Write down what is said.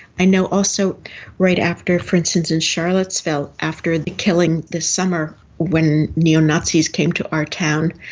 i know also right after, for instance, in charlottesville after the killing this summer when neo-nazis came to our town,